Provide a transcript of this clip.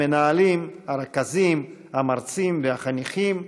המנהלים, הרכזים, המרצים והחניכים.